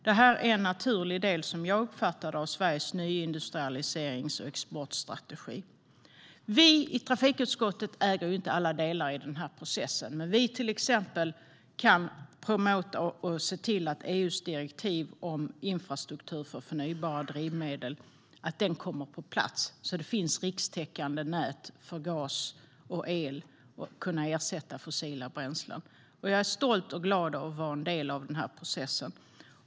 Det här är, som jag uppfattar det, en naturlig del av Sveriges nyindustrialiserings och exportstrategi. Vi i trafikutskottet äger inte alla delar i den här processen, men till exempel kan vi promota och se till att EU:s direktiv om infrastruktur för förnybara drivmedel kommer på plats så att det finns rikstäckande nät för gas och el som kan ersätta fossila bränslen. Jag är stolt och glad över att vara en del av den här processen.